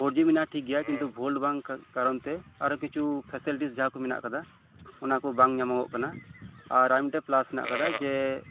four ᱡᱤ ᱢᱮᱱᱟᱜᱼᱟ ᱴᱷᱤᱠ ᱜᱮᱭᱟ ᱠᱤᱱᱛᱩ ᱵᱷᱳᱞᱴ ᱵᱟᱝ ᱠᱟᱨᱚᱨᱚᱱ ᱛᱮ ᱟᱨᱦᱚᱸ ᱠᱤᱪᱷᱩ ᱯᱷᱮᱥᱮᱞᱤᱴᱤᱡᱽ ᱡᱟᱦᱟᱸ ᱠᱚ ᱢᱮᱱᱟᱜ ᱟᱠᱟᱫᱟ ᱚᱱᱟ ᱠᱚ ᱵᱟᱝ ᱧᱟᱢᱚᱜᱚᱜ ᱠᱟᱱᱟ ᱟᱨ ᱢᱤᱫ ᱴᱟᱱ ᱯᱷᱞᱟᱥ ᱢᱮᱱᱟᱜ ᱟᱠᱟᱫᱟ ᱡᱮ